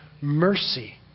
mercy